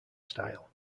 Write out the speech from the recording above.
style